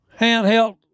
handheld